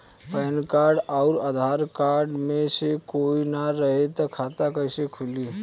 Pan card आउर Aadhaar card मे से कोई ना रहे त खाता कैसे खुली?